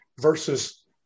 versus